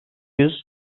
yüz